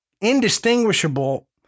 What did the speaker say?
indistinguishable